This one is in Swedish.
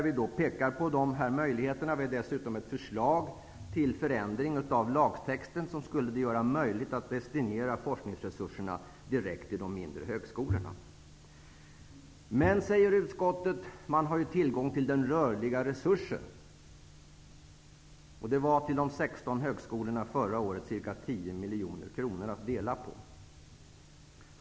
Vi pekar på dessa möjligheter, och vi har ett förslag till förändring av lagtexten som skulle göra det möjligt att destinera forskningsresurserna direkt till de mindre högskolorna. Men utskottet hävdar att det finns tillgång till den rörliga resursen. Förra året hade de 16 högskolorna ca 10 miljoner kronor att dela på.